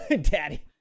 daddy